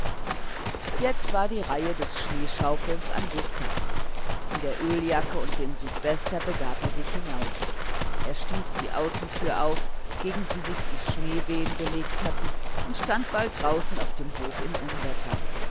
jetzt war die reihe des schneeschaufelns an gustav in der öljacke und dem südwester begab er sich hinaus er stieß die außentür auf gegen die sich die schneewehen gelegt hatten und stand bald draußen auf dem hof im unwetter